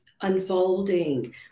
unfolding